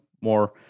more